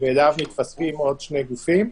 ואליו מתווספים עוד שני גופים.